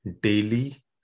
daily